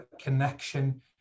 connection